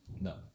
No